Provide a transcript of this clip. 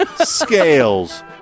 scales